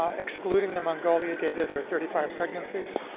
um excluding the mongolia data there are thirty five pregnancies,